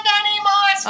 anymore